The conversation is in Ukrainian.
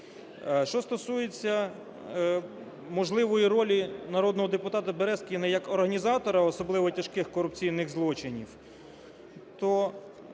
Що стосується можливої ролі народного депутата Березкіна як організатора особливо тяжких корупційних злочинів,